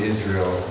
Israel